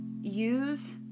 use